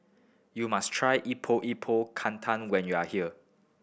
you must try Epok Epok Kentang when you are here